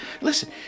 Listen